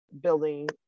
building